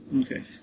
Okay